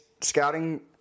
scouting